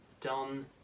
Done